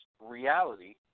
reality